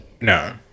No